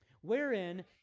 Wherein